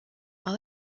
are